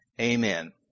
amen